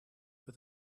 with